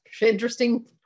interesting